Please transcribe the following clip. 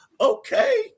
Okay